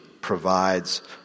provides